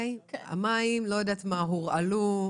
המים הורעלו,